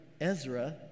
Ezra